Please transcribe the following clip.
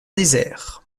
désert